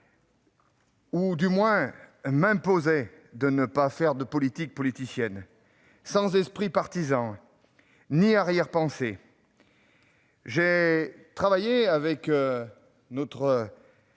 Ce sujet m'imposait de ne pas faire de politique politicienne. Sans esprit partisan ni arrière-pensée, j'ai travaillé à la